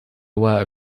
aware